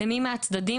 למי מהצדדים,